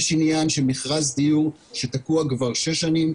יש עניין של מכרז דיור שתקוע כבר שש שנים.